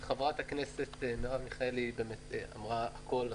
חברת הכנסת מרב מיכאלי באמת אמרה הכול.